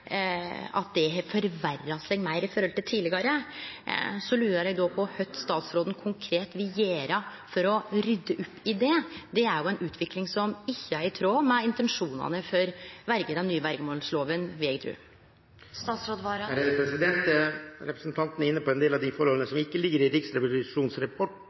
at det har forverra seg i forhold til tidlegare, lurer eg på: Kva vil statsråden konkret gjere for å rydde opp i det? Det er ei utvikling som ikkje er i tråd med intensjonane for verjer i den nye verjemålslova, vil eg tru. Representanten er inne på en del av de forholdene som ikke ligger i Riksrevisjonens rapport,